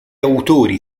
autori